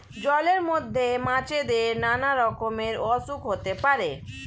জলের মধ্যে মাছেদের নানা রকমের অসুখ হতে পারে